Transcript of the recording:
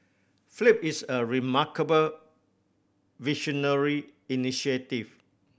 flip is a remarkable visionary initiative